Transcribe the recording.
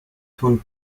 von